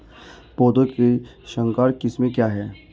पौधों की संकर किस्में क्या क्या हैं?